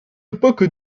époque